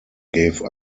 gave